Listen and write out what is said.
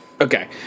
Okay